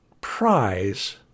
prize